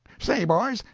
say, boys,